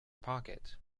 pocket